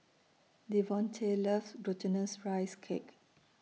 Devonte loves Glutinous Rice Cake